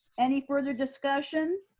any further discussion?